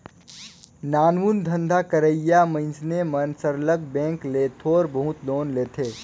नानमुन धंधा करइया मइनसे मन सरलग बेंक ले थोर बहुत लोन लेथें